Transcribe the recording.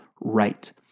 right